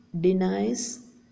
denies